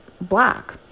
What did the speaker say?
black